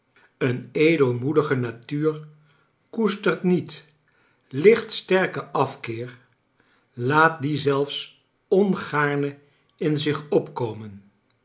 een edelmoedige natuur koestert niet licht sterken afkeer laat dien zelfs ongaarne in zich opkomen